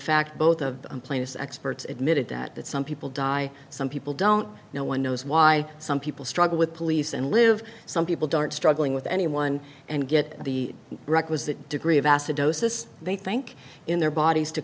fact both of them plaintiffs experts admitted that some people die some people don't no one knows why some people struggle with police and live some people don't struggling with anyone and get the requisite degree of acidosis they think in their bodies to